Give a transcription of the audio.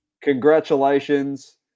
Congratulations